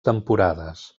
temporades